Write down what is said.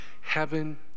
heaven